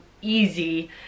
easy